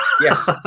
Yes